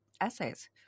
essays